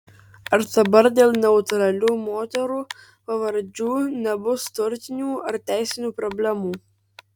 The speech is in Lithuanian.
ar dabar dėl neutralių moterų pavardžių nebus turtinių ar teisinių problemų